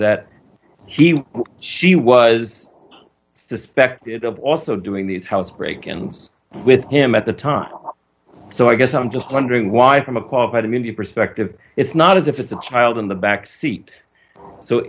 that he she was suspected of also doing these house break ins with him at the time so i guess i'm just wondering why from a qualified immunity perspective it's not as if it's a child in the back seat so